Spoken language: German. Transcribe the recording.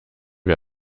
wir